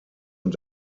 und